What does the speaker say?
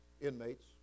inmates